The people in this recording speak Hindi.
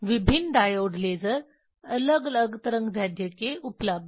विभिन्न डायोड लेज़र अलग अलग तरंग दैर्ध्य के उपलब्ध हैं